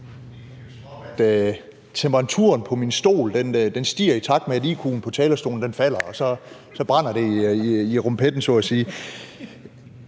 temperaturen på min stol stiger, i takt med at iq'en på talerstolen falder, og så brænder det i rumpetten